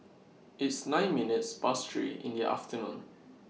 its nine minutes Past three in The afternoon